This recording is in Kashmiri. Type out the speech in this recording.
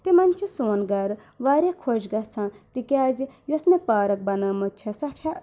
تِمن چھُ سون گرٕ واریاہ خۄش گژھان تِکیازِ یۄس مےٚ پارک بَنٲومٕژ چھےٚ سۄ چھےٚ